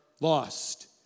lost